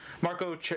Marco